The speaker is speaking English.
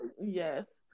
Yes